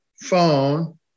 phone